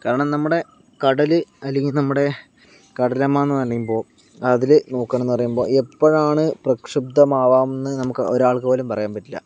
കാരണം നമ്മുടെ കടല് അല്ലെങ്കിൽ നമ്മുടെ കടലമ്മ എന്ന് പറയുമ്പോൾ അതിൽ നോക്കാൻ എന്ന് പറയുമ്പോൾ എപ്പോഴാണ് പ്രക്ഷുബ്ധം ആവാമെന്ന് നമുക്ക് ഒരാൾക്ക് പോലും പറയാൻ പറ്റില്ല